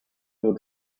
your